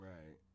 Right